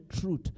truth